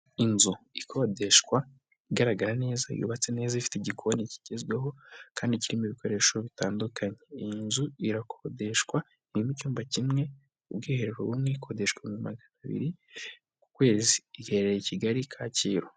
Inzu ikodeshwa igaragara neza yubatse neza ifite igikoni kigezweho kandi kirimo ibikoresho bitandukanye, iyi nzu irakodeshwa irimo icyumba kimwe ubwiherero bumwe ikodeshwa ibihumbi magana abiri ku kwezi iherereye i kigali Kacyiru.